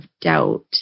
doubt